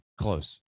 Close